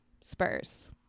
spurs